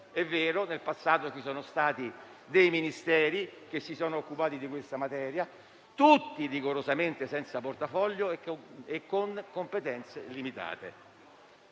È vero che nel passato ci sono stati dei Ministeri che si sono occupati di questa materia, tutti rigorosamente senza portafoglio e con competenze limitate.